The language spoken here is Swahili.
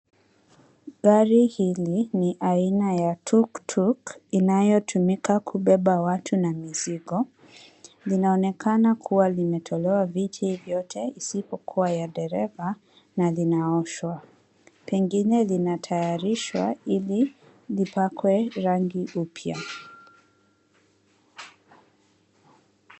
Gari hili ni aina ya tuktuk inayotumika kubeba watu na mizigo. Linaonekana kuwa limetolewa viti vyote isipokuwa ya dereva na linaoshwa. Pengine linatayarishwa ili lipakwe rangi upya.